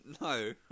No